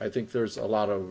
i think there's a lot of